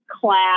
class